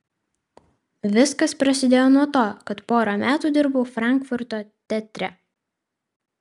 viskas prasidėjo nuo to kad porą metų dirbau frankfurto teatre